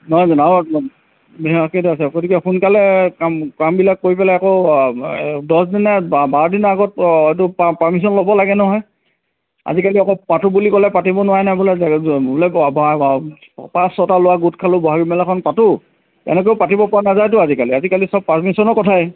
নহয় জানো আৰু হেৰি কেইটা আছে গতিকে সোনকালে কাম কামবিলাক কৰি পেলাই আকৌ দহদিননে বাৰ বাৰ দিনৰ আগত এইটো পাৰ্মিশ্যন ল'ব লাগে নহয় আজিকালি অকল পাতো বুলি ক'লে পাতিব নোৱাৰে নহয় বোলে বোলে আৰু পাঁচ ছটা ল'ৰা গোট খালেও বহাগী মেলাখন পাতোঁ এনেকৈয়ো পাতিবপৰা নাযায়তো আজিকালি আজিকালি চব পাৰ্মিশ্যনৰ কথাই